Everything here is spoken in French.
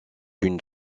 une